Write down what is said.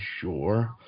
sure